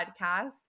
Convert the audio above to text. podcast